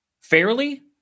fairly